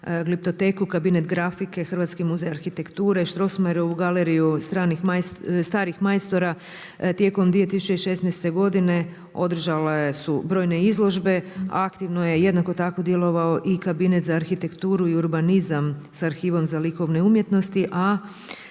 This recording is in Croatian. Gliptoteku, Kabinet grafike, Hrvatski muzej arhitekture, Strossmayerovu galeriju starih majstora tijekom 2016. godine održale su brojne izložbe, aktivno je jednako tako djelovao i Kabinet za arhitekturu i urbanizam sa arhivom za likovne umjetnosti, s